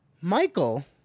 Michael